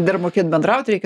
dar mokėt bendraut reikia